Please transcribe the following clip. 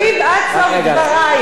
תקשיב עד סוף דברי,